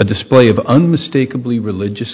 a display of unmistakably religious